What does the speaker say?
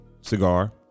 cigar